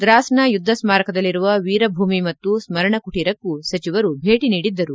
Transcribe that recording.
ದ್ರಾಸ್ನ ಯುದ್ದ ಸ್ತಾರಕಲ್ಲಿರುವ ವೀರ ಭೂಮಿ ಮತ್ತು ಸ್ಲರಣ ಕುಟೀರಕ್ಕೂ ಸಚಿವರು ಭೇಟ ನೀಡಿದ್ದರು